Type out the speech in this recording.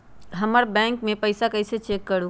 हमर बैंक में पईसा कईसे चेक करु?